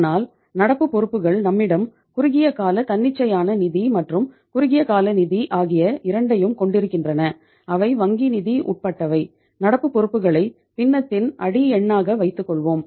ஆனால் நடப்பு பொறுப்புகள் நம்மிடம் குறுகிய கால தன்னிச்சையான நிதி மற்றும் குறுகிய கால நிதி ஆகிய இரண்டையும் கொண்டிருக்கின்றன அவை வங்கி நிதி உட்பட்டவை நடப்பு பொறுப்புகளை பின்னத்தின் அடி எண்ணாக வைத்துக்கொள்வோம்